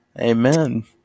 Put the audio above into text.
Amen